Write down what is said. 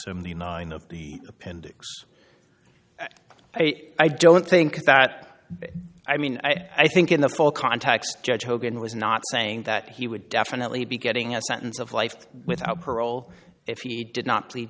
seventy nine of the appendix i don't think that i mean i think in the full context judge hogan was not saying that he would definitely be getting a sentence of life without parole if he did not plead